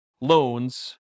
loans